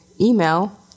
email